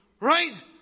right